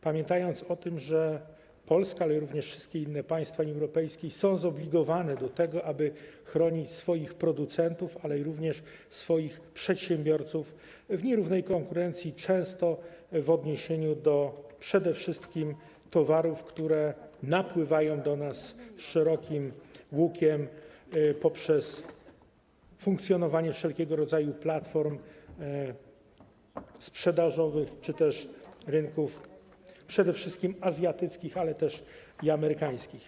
Pamiętajmy o tym, że Polska, ale również wszystkie inne państwa Unii Europejskiej są zobligowane do tego, aby chronić swoich producentów, ale również swoich przedsiębiorców w nierównej konkurencji, często w odniesieniu przede wszystkim do towarów, które napływają do nas szerokim łukiem poprzez funkcjonowanie wszelkiego rodzaju platform sprzedażowych czy też rynków, przede wszystkim azjatyckich, ale też i amerykańskich.